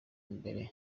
mbere